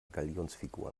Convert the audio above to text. galionsfigur